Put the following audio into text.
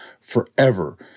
forever